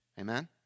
Amen